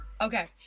Okay